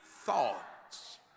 thoughts